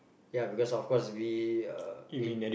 ya because of course we uh a